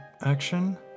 action